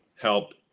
help